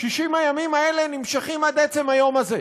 60 הימים האלה נמשכים עד עצם היום הזה,